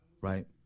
right